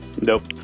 Nope